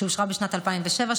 שאושרה בשנת 2007,